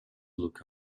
look